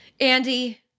Andy